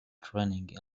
training